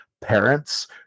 parents